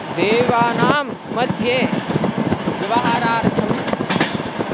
देवानां मध्ये व्यवहारार्थं